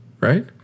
right